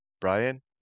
Brian